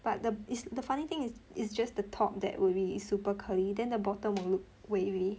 but the is the funny thing is is just the top that would be super curly then the bottom will look wavy